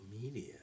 media